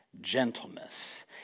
gentleness